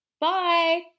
bye